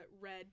Red